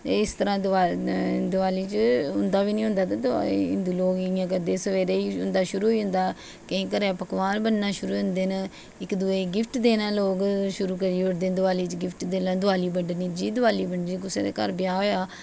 इस तरह् दवाली च उंदा बी लोग इ'यां करदे सवेरे दा ई शुरू होई जंदा केईं घरै पकवान बनना शुरू होई जंदे न इक दुए गी गिफ्ट देना लोग शुरू करू ओड़दे दिवाली गिफ्ट जेल्लै दवाली बंडनी जी दवाली बंडनी जि'यां कुसै दे घर ब्याह् होआ